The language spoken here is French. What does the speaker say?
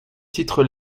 titre